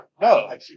no